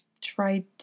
tried